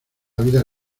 vida